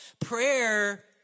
Prayer